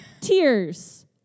Tears